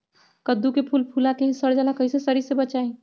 कददु के फूल फुला के ही सर जाला कइसे सरी से बचाई?